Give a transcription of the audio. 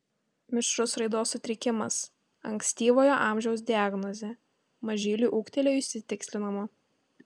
mišrus raidos sutrikimas ankstyvojo amžiaus diagnozė mažyliui ūgtelėjus ji tikslinama